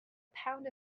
pound